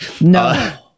No